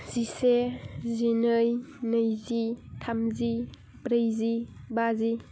जिसे जिनै नैजि थामजि ब्रैजि बाजि